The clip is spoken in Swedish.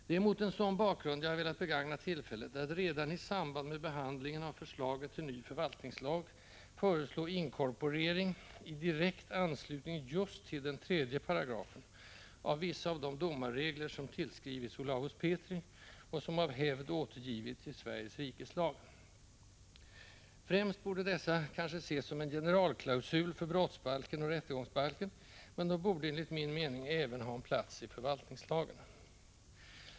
Det är mot en sådan bakgrund jag har velat begagna tillfället att redan i samband med behandlingen av förslaget till ny förvaltningslag föreslå inkorporering —i direkt anslutning just till 3 §— av vissa av de ”domarregler” som tillskrivits Olavus Petri och som av hävd återgivits i Sveriges rikes lag. Främst borde dessa kanske ses som en ”generalklausul” för brottsbalken och rättegångsbalken, men de borde enligt min mening även ha en plats i förvaltningslagen.